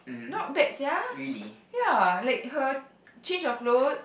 not bad sia ya like her change of clothes